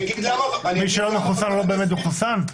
מי שמחוסן לא באמת מחוסן?